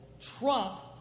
trump